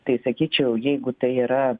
tai sakyčiau jeigu tai yra